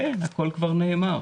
אין, הכול כבר נאמר.